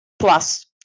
Plus